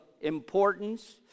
importance